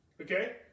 Okay